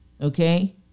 okay